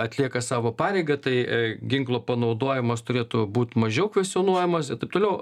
atlieka savo pareigą tai ginklo panaudojimas turėtų būt mažiau kvestionuojamas taip toliau